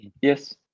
yes